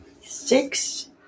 six